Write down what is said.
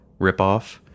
ripoff